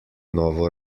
novo